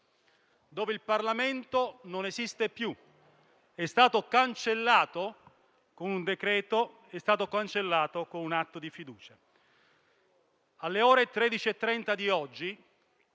dove il Parlamento non esiste più, è stato cancellato con un decreto, con un atto di fiducia. Alle ore 13,30 di oggi